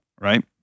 right